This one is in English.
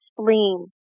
spleen